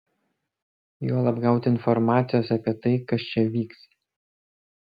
juolab gauti informacijos apie tai kas čia vyks